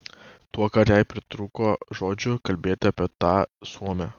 tuokart jai pritrūko žodžių kalbėti apie tą suomę